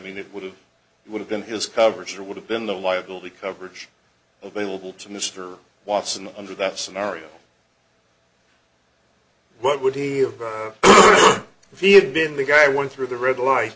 mean it would it would have been his coverage there would have been the liability coverage available to mr watson under that scenario what would he have if he had been the guy went through the red light